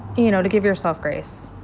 you know, to give yourself grace,